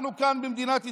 אנחנו כאן, במדינת ישראל,